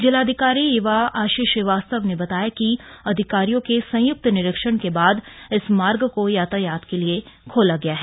जिलाधिकारी ईवा आशीष श्रीवास्तव ने बताया कि अधिकारियों के संयुक्त निरीक्षण के बाद इस मार्ग को यातायात के लिए खोला गया है